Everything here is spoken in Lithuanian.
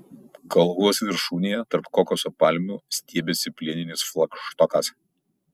kalvos viršūnėje tarp kokoso palmių stiebėsi plieninis flagštokas